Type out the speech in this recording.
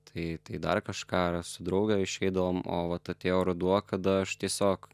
tai tai dar kažką ir a su drauge išeidavom o vat atėjo ruduo kada aš tiesiog